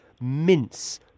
mince